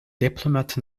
diplomat